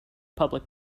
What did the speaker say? public